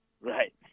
Right